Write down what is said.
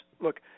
Look